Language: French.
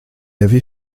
avait